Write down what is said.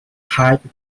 type